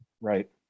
Right